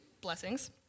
Blessings